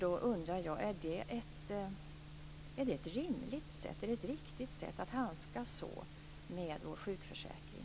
Då undrar jag om det är ett rimligt och riktigt sätt att handskas på det sättet med vår sjukförsäkring.